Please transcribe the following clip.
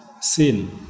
sin